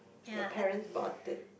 your parents bought it